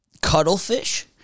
cuttlefish